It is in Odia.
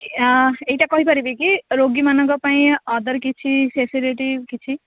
ଆ ଏଇଟା କହିପାରିବି କି ରୋଗୀମାନଙ୍କ ପାଇଁ ଅଦର୍ କିଛି ଫ୍ୟାସିଲିଟି କିଛି